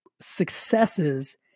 successes